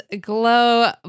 Glow